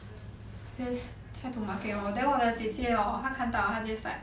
just try to market lor then 我的姐姐 hor 他看到他 just like